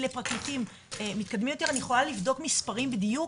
היא לפרקליטים מתקדמים יותר ואני יכולה לבדוק מספרים בדיוק,